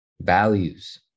values